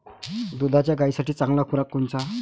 दुधाच्या गायीसाठी चांगला खुराक कोनचा?